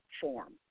form